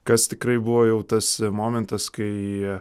kas tikrai buvo jau tas momentas kai